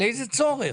לאיזה צורך?